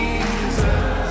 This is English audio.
Jesus